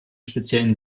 speziellen